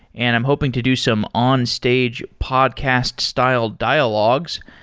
and i'm hoping to do some on-stage podcast-style dialogues.